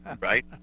Right